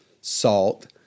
salt